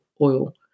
oil